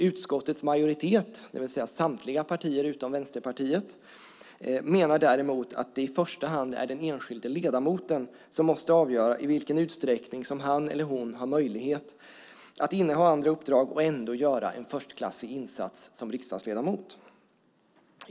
Utskottets majoritet, det vill säga samtliga partier utom Vänsterpartiet, menar däremot att det i första hand är den enskilde ledamoten som måste avgöra i vilken utsträckning som han eller hon har möjlighet att inneha andra uppdrag och ändå göra en förstklassig insats som riksdagsledamot.